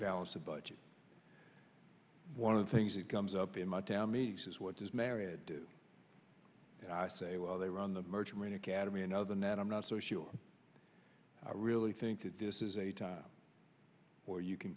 balance the budget one of the things that comes up in my town meetings is what does marriott do and i say well they run the merchant marine academy another net i'm not so sure i really think that this is a time where you can